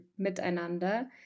miteinander